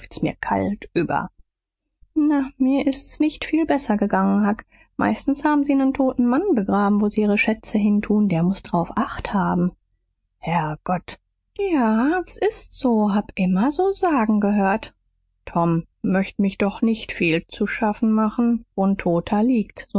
mir kalt über na mir ist's nicht viel besser gegangen huck meistens haben sie nen toten mann begraben wo sie ihre schätze hintun der muß drauf achthaben herr gott ja s ist so hab immer so sagen gehört tom möcht mir doch nicht viel zu schaffen machen wo n toter liegt